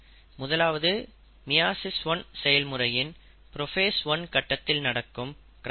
முதலாவது மியாசிஸ் 1 செயல்முறையின் புரோஃபேஸ் 1 கட்டத்தில் நடக்கும் கிராஸ்ஓவர்